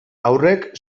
haurrek